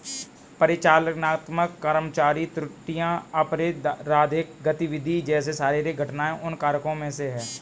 परिचालनात्मक कर्मचारी त्रुटियां, आपराधिक गतिविधि जैसे शारीरिक घटनाएं उन कारकों में से है